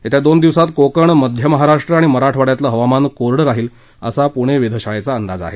येत्या दोन दिवसांत कोकण मध्य महाराष्ट्र आणि मराठवाङ्यातलं हवामान कोरडं राहील असा पुणे वेधशाळेचा अंदाज आहे